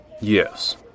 Yes